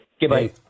Goodbye